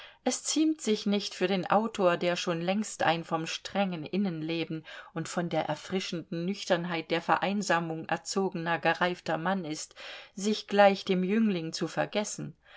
es ziemt sich nicht für den autor der schon längst ein vom strengen innenleben und von der erfrischenden nüchternheit der vereinsamung erzogener gereifter mann ist sich gleich dem jüngling zu vergessen